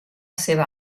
seva